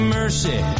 mercy